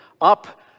up